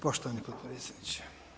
Poštovani potpredsjedniče.